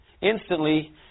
Instantly